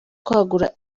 kwagura